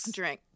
drink